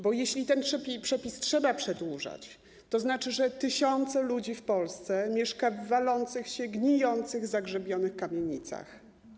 Bo jeśli ten przepis trzeba przedłużać, to znaczy, że tysiące ludzi w Polsce mieszka w walących się, gnijących, zagrzybionych kamienicach.